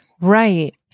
Right